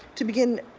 to begin